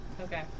okay